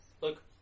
Look